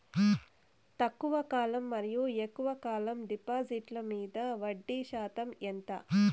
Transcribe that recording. తక్కువ కాలం మరియు ఎక్కువగా కాలం డిపాజిట్లు మీద వడ్డీ శాతం ఎంత?